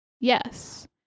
yes